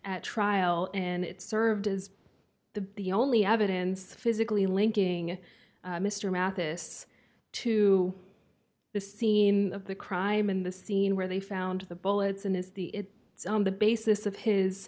at trial and it served as the the only evidence physically linking mr mathis to the scene of the crime in the scene where they found the bullets in his the it was on the basis of his